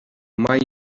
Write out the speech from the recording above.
mai